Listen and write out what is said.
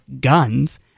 guns